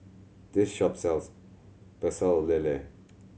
this shop sells Pecel Lele